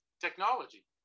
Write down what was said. technology